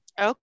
Okay